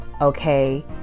okay